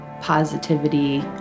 positivity